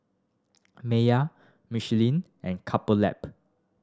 Mayer Michelin and Couple Lab